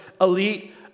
elite